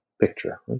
picture